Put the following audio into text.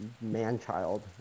man-child